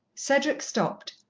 cedric stopped,